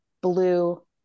blue